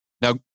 Now